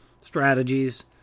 strategies